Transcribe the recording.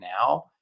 now